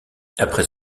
après